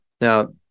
now